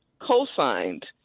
co-signed